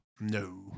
No